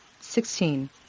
sixteen